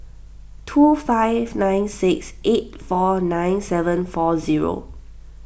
two five nine six eight four nine seven four zero